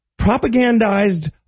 propagandized